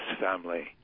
family